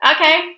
Okay